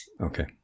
Okay